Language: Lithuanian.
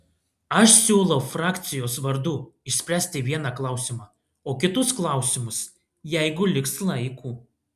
aš siūlau frakcijos vardu išspręsti vieną klausimą o kitus klausimus jeigu liks laiko